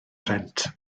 rhent